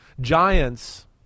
Giants